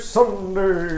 Sunday